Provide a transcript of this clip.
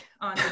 on